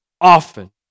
often